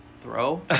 throw